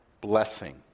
blessing